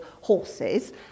horses